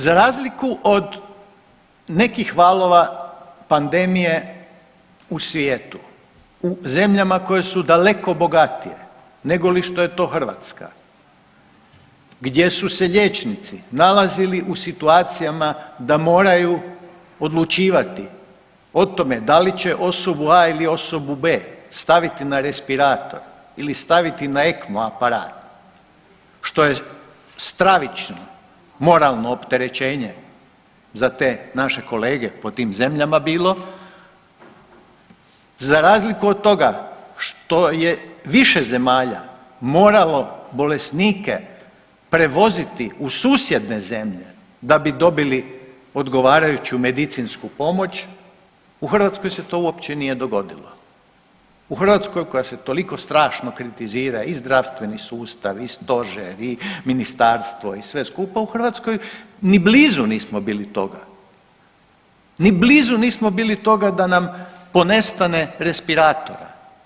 Za razliku od nekih valova pandemije u svijetu u zemljama koje su daleko bogatije negoli što je to Hrvatska, gdje su se liječnici nalazili u situacijama da moraju odlučivati o tome da li će osobu A ili osobu B staviti na respirator ili staviti na ECMO aparat, što je stravično moralno opterećenje za te naše kolege po tim zemljama bilo, za razliku od toga što je više zemalja moralo bolesnike prevoziti u susjedne zemlje da bi dobili odgovarajuću medicinsku pomoć u Hrvatskoj se to uopće nije dogodilo, u Hrvatskoj koja se toliko strašno kritizira i zdravstveni sustav i stožer i ministarstvo i sve skupa, u Hrvatskoj ni blizu nismo bili toga, ni blizu nismo bili toga da nam ponestane respiratora.